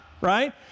right